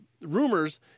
rumors